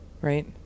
right